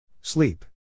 Sleep